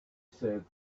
said